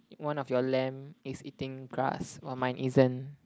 one of your lamb is eating grass while mine isn't